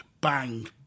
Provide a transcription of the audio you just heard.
bang